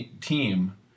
team